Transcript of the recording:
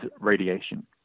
radiation